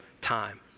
time